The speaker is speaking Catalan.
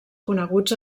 coneguts